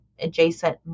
adjacent